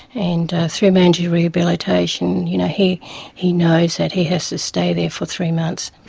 and through mandatory rehabilitation you know he he knows that he has to stay there for three months.